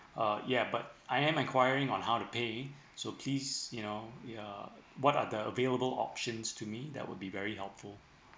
uh ya but I am enquiring on how it paying so please you know ya what are the available options to me that would be very helpful